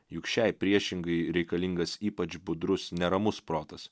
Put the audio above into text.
juk šiai priešingai reikalingas ypač budrus neramus protas